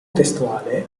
testuale